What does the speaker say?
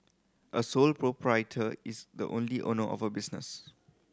a sole proprietor is the only owner of a business